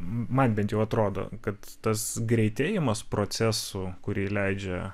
man bent jau atrodo kad tas greitėjimas procesų kurį leidžia